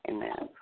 Amen